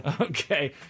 Okay